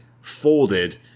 folded